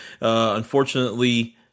Unfortunately